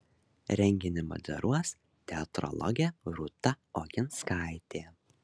renginį moderuos teatrologė rūta oginskaitė